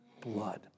Blood